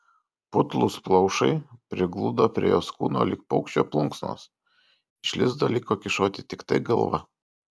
putlūs plaušai prigludo prie jos kūno lyg paukščio plunksnos iš lizdo liko kyšoti tiktai galva